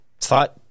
thought